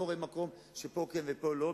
לא רואה מקום שפה כן ופה לא,